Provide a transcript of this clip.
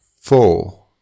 four